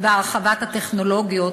חברי וחברותי,